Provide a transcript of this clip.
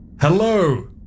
Hello